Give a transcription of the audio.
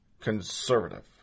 conservative